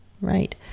right